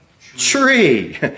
tree